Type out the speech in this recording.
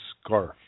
scarf